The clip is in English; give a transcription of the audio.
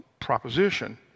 proposition